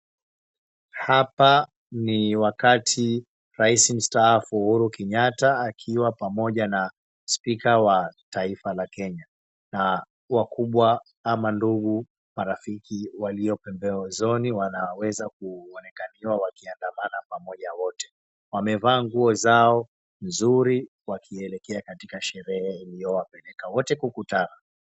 Hapa ni wakati rais mstaafu, Uhuru Kenyatta akiwa pamoja na speaker wa taifa la Kenya na wakubwa ama ndugu, marafiki walio pembezoni wanaweza kuonekaniwa wakiandamana pamoja wote. Wamevaa nguo zao nzuri wakielekea katika sherehe iliyowapeleka wote kukutana.